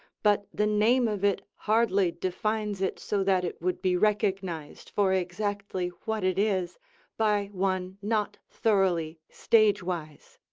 but the name of it hardly defines it so that it would be recognized for exactly what it is by one not thoroughly stage-wise.